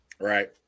Right